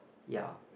ya